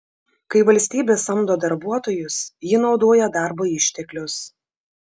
kai valstybė samdo darbuotojus ji naudoja darbo išteklius